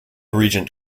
regent